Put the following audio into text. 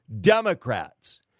Democrats